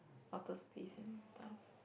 outer space and stuff